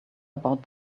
about